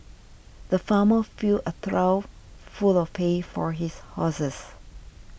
the farmer filled a trough full of pay for his houses